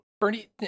Bernie